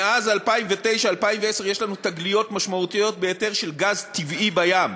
מאז 2009 2010 יש לנו תגליות משמעותיות ביותר של גז טבעי בים,